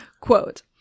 Quote